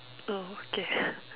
oh okay